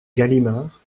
galimard